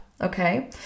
okay